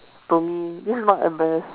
for me this is not embarrass